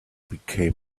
became